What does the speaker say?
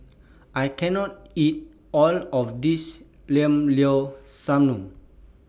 I can't eat All of This Llao Llao Sanum